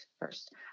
first